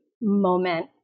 moment